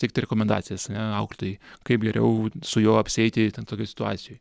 teikti rekomendacijas ane auklėtojai kaip geriau su juo apsieiti ten tokioj situacijoj